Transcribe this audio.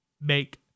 make